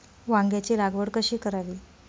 वांग्यांची लागवड कशी करावी?